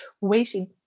waiting